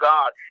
God